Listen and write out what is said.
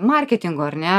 marketingo ar ne